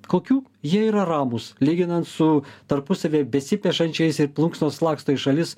kokių jie yra ramūs lyginant su tarpusavyje besipešančiais ir plunksnos laksto į šalis